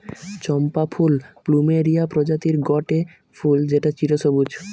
চম্পা ফুল প্লুমেরিয়া প্রজাতির গটে ফুল যেটা চিরসবুজ